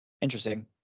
Interesting